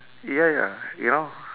ya ya ya